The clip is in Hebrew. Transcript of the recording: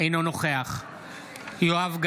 אינו נוכח יואב גלנט,